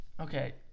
Okay